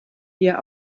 dir